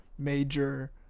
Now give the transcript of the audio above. major